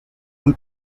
muy